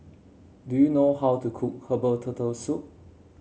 do you know how to cook Herbal Turtle Soup